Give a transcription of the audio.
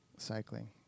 cycling